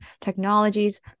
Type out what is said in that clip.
technologies